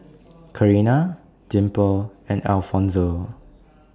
Carina Dimple and Alfonzo